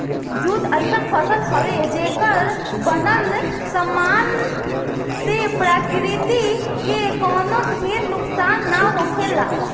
jute अइसन फसल हवे, जेकर बनल सामान से प्रकृति के कवनो ढेर नुकसान ना होखेला